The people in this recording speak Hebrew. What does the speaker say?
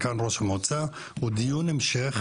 הוא דיון המשך